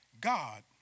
God